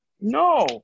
No